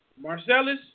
Marcellus